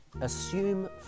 Assume